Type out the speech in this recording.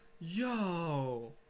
Yo